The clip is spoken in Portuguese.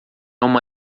uma